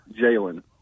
Jalen